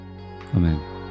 Amen